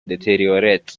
deteriorate